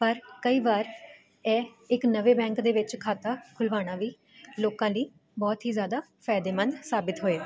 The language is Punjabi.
ਪਰ ਕਈ ਵਾਰ ਇਹ ਇੱਕ ਨਵੇਂ ਬੈਂਕ ਦੇ ਵਿੱਚ ਖਾਤਾ ਖੁਲ੍ਹਵਾਉਣਾ ਵੀ ਲੋਕਾਂ ਲਈ ਬਹੁਤ ਹੀ ਜ਼ਿਆਦਾ ਫਾਇਦੇਮੰਦ ਸਾਬਿਤ ਹੋਇਆ